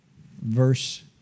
verse